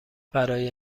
برای